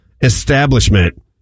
establishment